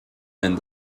and